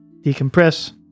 decompress